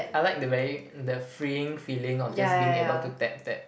I like the very the freeing feeling of just being able to tap tap